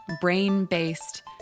brain-based